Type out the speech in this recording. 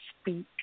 speak